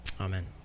Amen